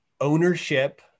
ownership